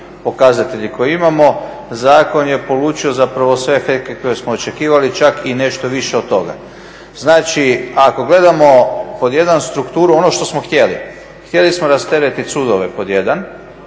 pokazatelji koje imamo. Zakon je polučio zapravo sve efekte koje smo očekivali, čak i nešto više od toga. Znači ako gledamo pod jedan strukturu ono što smo htjeli, htjeli smo rasteretit sudove pod jedan,